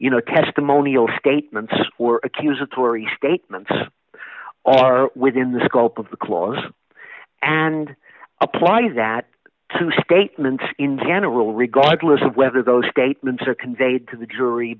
you know testimonial statements or accusatory statements are within the scope of the clause and applies that to statements in general regardless of whether those statements are conveyed to the jury